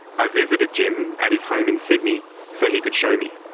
i visited jim at his home in sydney so he could show me.